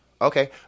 Okay